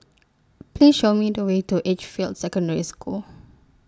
Please Show Me The Way to Edgefield Secondary School